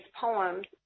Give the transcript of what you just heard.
poems